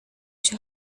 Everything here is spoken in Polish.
sie